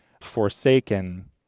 forsaken